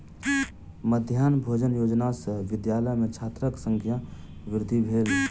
मध्याह्न भोजन योजना सॅ विद्यालय में छात्रक संख्या वृद्धि भेल